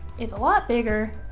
it's a lot bigger